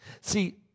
See